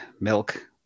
milk